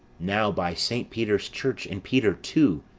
now by saint peter's church, and peter too,